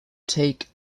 take